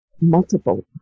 Multiple